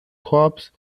corps